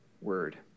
word